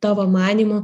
tavo manymu